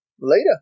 Later